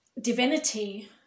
divinity